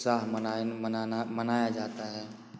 उत्साह मनाना मनाया जाता है